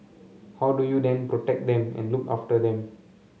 how do you then protect them and look after them